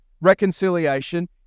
reconciliation